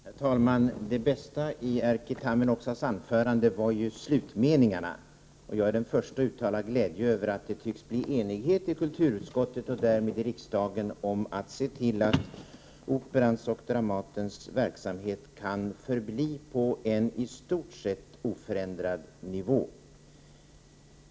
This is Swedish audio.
Herr talman! Det bästa i Erkki Tammenoksas anförande var slutmeningarna. Jag är den förste att uttala glädje över att det tycks bli enighet i kulturutskottet och därmed i riksdagen när det gäller att se till att Operans och Dramatens verksamhet kan förbli på en i stort sett oförändrad nivå.